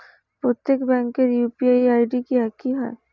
প্রত্যেক ব্যাংকের UPI ID কি একই হয়?